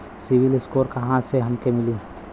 CIBIL score कहाँसे हमके मिली?